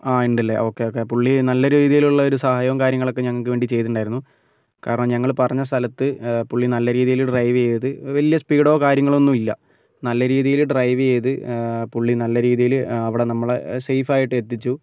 ആ ഉണ്ടല്ലേ okay okay പുള്ളി നല്ല രീതിയിൽ ഉള്ളൊരു സഹായവും കാര്യങ്ങളൊക്കെ ഞങ്ങൾക്ക് വേണ്ടി ചെയ്തിട്ടുണ്ടായിരുന്നു കാരണം ഞങ്ങൾ പറഞ്ഞ സ്ഥലത്ത് പുള്ളി നല്ല രീതിയിൽ ഡ്രൈവ് ചെയ്തത് വലിയ സ്പീഡോ കാര്യങ്ങളോ ഒന്നും ഇല്ല നല്ല രീതിയിൽ ഡ്രൈവ് ചെയ്ത് പുള്ളി നല്ല രീതിയിൽ അവിടെ നമ്മളെ സേഫായിട്ട് എത്തിച്ചു